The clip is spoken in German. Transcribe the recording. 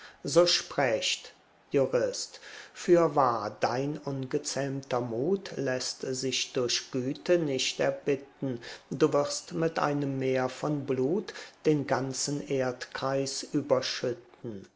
so sprecht jurist fürwahr dein ungezähmter mut läßt sich durch güte nicht erbitten du wirst mit einem meer von blut den ganzen erdkreis überschütten